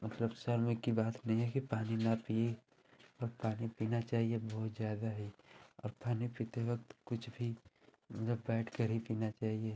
मतलब शर्म की बात नहीं है कि पानी न पिएँ और पानी पीना चाहिए बहुत ज़्यादा ही और पानी पीते वक्त कुछ भी मतलब बैठकर ही पीना चाहिए